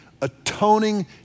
atoning